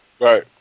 Right